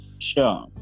sure